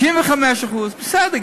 95%. בסדר,